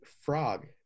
frog